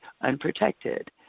unprotected